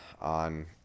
on